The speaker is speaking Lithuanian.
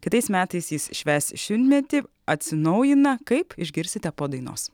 kitais metais jis švęs šimtmetį atsinaujina kaip išgirsite po dainos